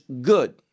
good